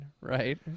right